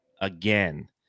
again